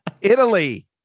italy